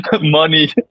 money